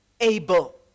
able